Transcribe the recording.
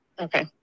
Okay